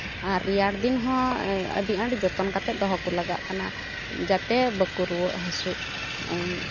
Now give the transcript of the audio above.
ᱟᱨ ᱨᱮᱭᱟᱲ ᱫᱚᱱ ᱦᱚᱸ ᱟᱹᱰᱤ ᱟᱸᱴ ᱡᱚᱛᱚᱱ ᱠᱟᱛᱮᱫ ᱫᱚᱦᱚ ᱠᱚ ᱞᱟᱜᱟᱜᱼᱟ ᱡᱟᱛᱮ ᱵᱟᱠᱚ ᱨᱩᱣᱟᱹ ᱦᱟᱥᱩᱜ